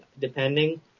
depending